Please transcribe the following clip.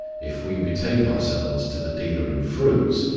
if we betake ourselves to the dealer in fruits,